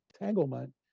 entanglement